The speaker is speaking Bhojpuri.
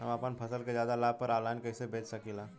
हम अपना फसल के ज्यादा लाभ पर ऑनलाइन कइसे बेच सकीला?